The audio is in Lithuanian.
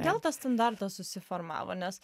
kodėl tas standartas susiformavo nes